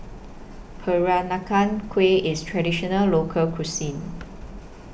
Peranakan Kueh IS Traditional Local Cuisine